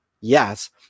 yes